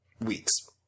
weeks